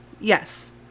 Yes